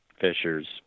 fishers